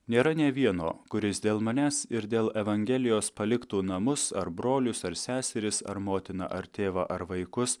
nėra nė vieno kuris dėl manęs ir dėl evangelijos paliktų namus ar brolius ar seseris ar motiną ar tėvą ar vaikus